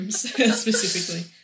specifically